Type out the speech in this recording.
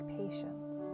patience